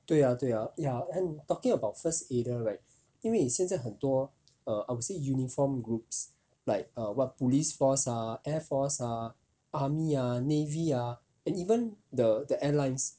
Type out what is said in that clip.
对啊对啊 ya and talking about first aider right 因为现在很多 err I would say uniform groups like err what police force ah air force ah army ah navy ah even the the airlines